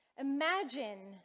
imagine